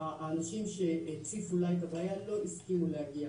האנשים שהציפו לה את הבעיה לא הסכימו להגיע,